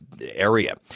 area